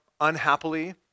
unhappily